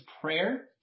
prayer